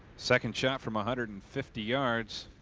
second shot from a hundred and fifty yards.